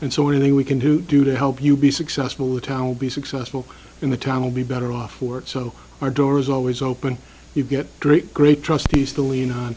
and so anything we can to do to help you be successful a towel be successful in the town will be better off for it so our door is always open you get great great trustees to lean on